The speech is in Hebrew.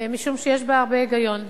משום שיש בה הרבה היגיון.